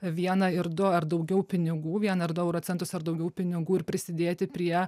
vieną ir du ar daugiau pinigų vieną ar du euro centus ar daugiau pinigų ir prisidėti prie